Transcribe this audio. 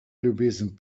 ljubezen